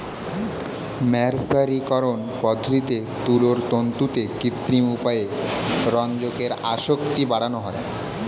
মের্সারিকরন পদ্ধতিতে তুলোর তন্তুতে কৃত্রিম উপায়ে রঞ্জকের আসক্তি বাড়ানো হয়